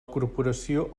corporació